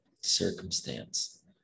circumstance